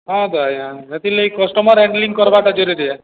ହଁ ଆଜ୍ଞା ହଁ ହେତିର୍ ଲାଗି କଷ୍ଟମର ହାଣ୍ଡଲିଂ କରବାଟା ଜରୁରି